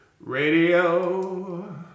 Radio